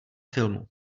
filmu